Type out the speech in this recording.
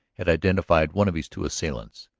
had identified one of his two assailants.